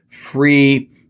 free